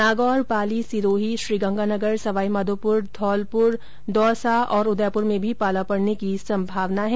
नागौर पाली सिरोही श्रीगंगानगर सवाईमाधोपुर धौलपुर दौसा और उदयपुर में भी पाला पड़ने की संभावना है